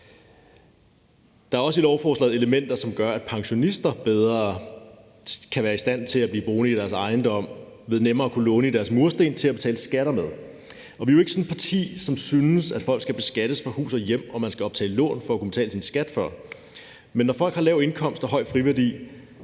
Der er også i lovforslaget elementer, som gør, at pensionister bedre kan være i stand til at blive boende i deres ejendom ved nemmere at kunne låne i deres mursten til at betale skatter med. Vi er jo ikke sådan et parti, som synes, at folk skal beskattes fra hus og hjem, og at man skal optage lån for at kunne betale sin skat, men når folk har lav indkomst og høj friværdi,